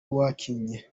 wakinnye